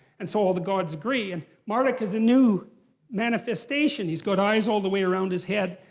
and so all the gods agree and marduk has a new manifestation. he's got eyes all the way around his head.